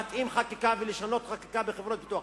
להתאים חקיקה ולשנות חקיקה בחברות ביטוח.